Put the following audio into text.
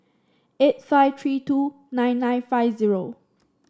eight five three two nine nine five zero